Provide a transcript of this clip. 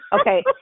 Okay